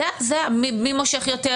מי מושך יותר